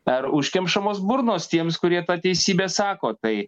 per užkemšamas burnas tiems kurie tą teisybę sako tai